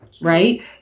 right